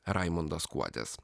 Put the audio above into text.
raimondas kuodis